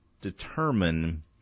determine